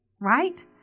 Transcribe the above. Right